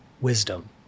wisdom